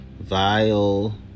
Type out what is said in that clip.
vile